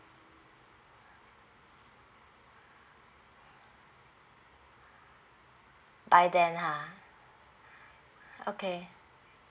by then lah okay